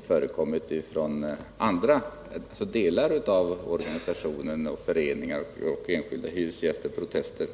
förekommit att delar av organisationer och föreningar samt enskilda hyresgäster har protesterat.